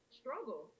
struggle